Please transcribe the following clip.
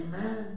amen